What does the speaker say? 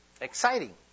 exciting